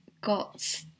got